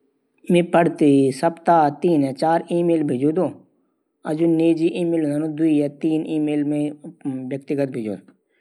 मि हप्ता मां बीस, बाइस घंटा यात्रा मा लगांदू। मतलब की हप्ता मा तीन चार दिन।